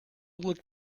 looked